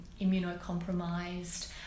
immunocompromised